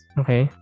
okay